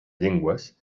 llengües